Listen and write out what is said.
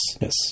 yes